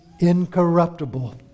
incorruptible